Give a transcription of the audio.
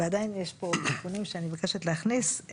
ועדיין יש פה תיקונים שאני מבקשת להכניס.